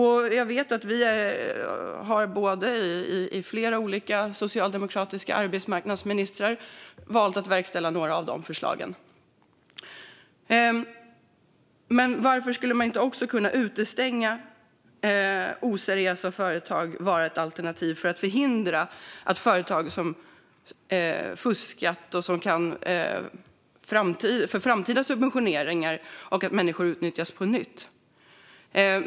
Jag vet att flera olika socialdemokratiska arbetsmarknadsministrar har valt att verkställa några av förslagen. Men varför är det inte ett alternativ att utestänga oseriösa företag från framtida subventioneringar och förhindra att människor utnyttjas på nytt?